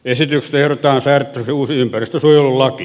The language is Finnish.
esityksessä ehdotetaan säädettäväksi uusi ympäristönsuojelulaki